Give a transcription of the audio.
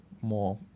more